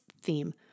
theme